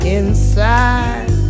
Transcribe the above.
inside